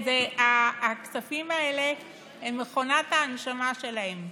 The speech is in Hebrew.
הכספים האלה הם מכונת ההנשמה שלהם,